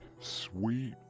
Sweet